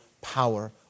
power